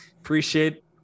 appreciate